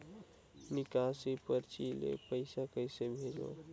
निकासी परची ले पईसा कइसे भेजों?